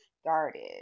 started